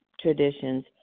traditions